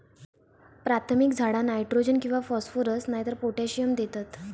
प्राथमिक झाडा नायट्रोजन किंवा फॉस्फरस नायतर पोटॅशियम देतत